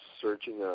searching